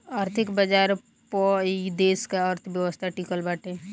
आर्थिक बाजार पअ ही देस का अर्थव्यवस्था टिकल बाटे